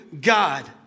God